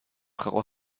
frau